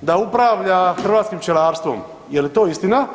da upravlja hrvatskim pčelarstvom, je li to istina?